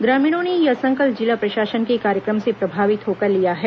ग्रामीणों ने यह संकल्प जिला प्रशासन के कार्यक्रम से प्रभावित होकर लिया है